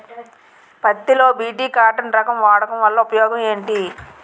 పత్తి లో BT cotton రకం వాడకం వల్ల ఉపయోగం ఏమిటి?